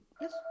yes